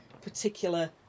particular